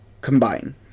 combine